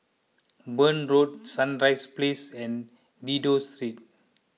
Burn Road Sunrise Place and Dido Street